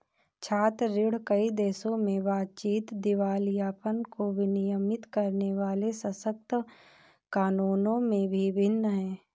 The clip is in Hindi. छात्र ऋण, कई देशों में बातचीत, दिवालियापन को विनियमित करने वाले सख्त कानूनों में भी भिन्न है